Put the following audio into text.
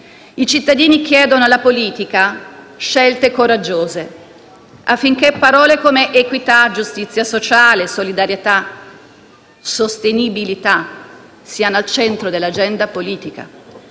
I cittadini chiedono alla politica scelte coraggiose, affinché parole come «equità», «giustizia sociale», «solidarietà», «sostenibilità» siano al centro dell'agenda politica.